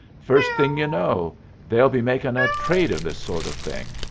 first thing you know they'll be makin' a trade of this sort of thing.